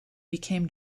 became